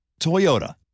Toyota